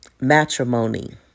matrimony